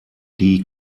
die